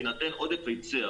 בהינתן עודף היצע,